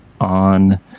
on